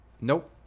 Nope